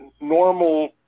normal